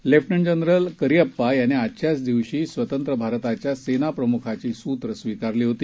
lieutenant general Cariappa यांनी आजच्याच दिवशी स्वतंत्र भारताच्या सेनाप्रम्खाची सूत्रं स्वीकारली होती